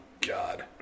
God